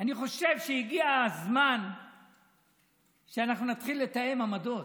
אני חושב שהגיע הזמן שנתחיל לתאם עמדות.